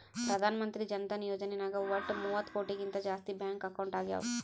ಪ್ರಧಾನ್ ಮಂತ್ರಿ ಜನ ಧನ ಯೋಜನೆ ನಾಗ್ ವಟ್ ಮೂವತ್ತ ಕೋಟಿಗಿಂತ ಜಾಸ್ತಿ ಬ್ಯಾಂಕ್ ಅಕೌಂಟ್ ಆಗ್ಯಾವ